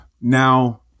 Now